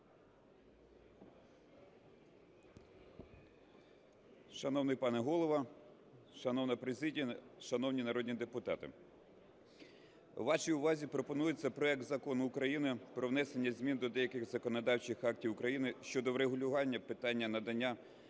Шановний пане Голово, шановна президія, шановні народні депутати! Вашій увазі пропонується проект Закону України про внесення змін до деяких законодавчих актів України щодо врегулювання питання надання